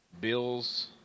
Bills